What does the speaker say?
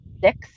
six